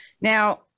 Now